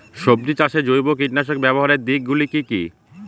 সবজি চাষে জৈব কীটনাশক ব্যাবহারের দিক গুলি কি কী?